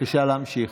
בבקשה להמשיך.